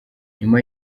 nyuma